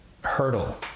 hurdle